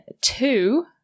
two